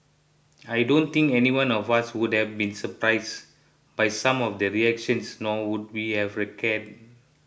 I don't think anyone of us would have been surprise by some of the reactions nor would be have cared